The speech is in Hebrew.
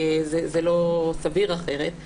זה לא סביר אחרת,